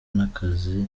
n’akazi